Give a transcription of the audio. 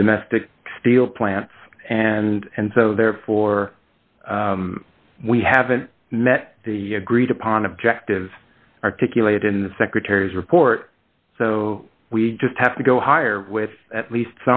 the domestic steel plants and so therefore we haven't met the agreed upon objectives articulated in the secretary's report so we just have to go higher with at least